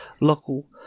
local